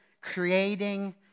creating